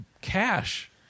cash